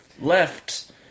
left